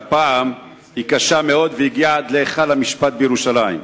והפעם היא קשה מאוד והגיעה עד להיכל המשפט בירושלים.